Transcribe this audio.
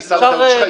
או מנסה לפחות,